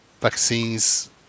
vaccines